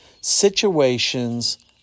situations